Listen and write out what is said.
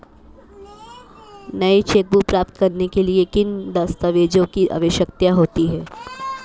नई चेकबुक प्राप्त करने के लिए किन दस्तावेज़ों की आवश्यकता होती है?